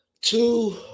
two